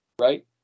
right